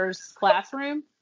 classroom